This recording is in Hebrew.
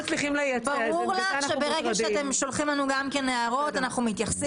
ברגע שאתם שולחים לנו הערות, אנחנו מתייחסים.